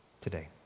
today